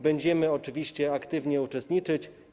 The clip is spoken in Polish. Będziemy oczywiście aktywnie w nich uczestniczyć.